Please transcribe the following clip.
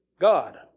God